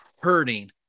hurting